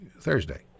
Thursday